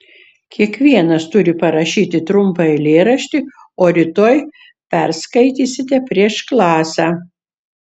kiekvienas turi parašyti trumpą eilėraštį o rytoj perskaitysite prieš klasę